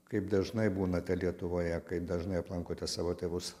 kaip dažnai būnate lietuvoje kaip dažnai aplankote savo tėvus